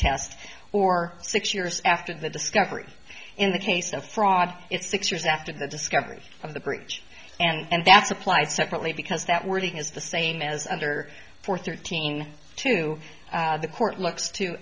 test or six years after the discovery in the case of fraud it's six years after the discovery of the bridge and that's applied separately because that wording is the same as under for thirteen to the court looks to